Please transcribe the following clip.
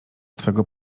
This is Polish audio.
twego